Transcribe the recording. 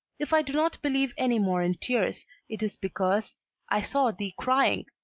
if i do not believe any more in tears it is because i saw thee crying!